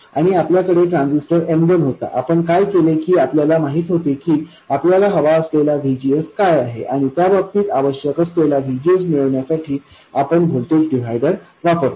आणि आपल्याकडे transistor M1 होता आपण काय केले की आपल्याला माहित होते की आपल्याला हवा असलेला VGS काय आहे आणि त्या बाबतीत आवश्यक असलेला VGS मिळविण्यासाठी आपण व्होल्टेज डिव्हायडर वापरतो